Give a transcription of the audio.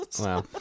Wow